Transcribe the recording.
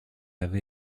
avait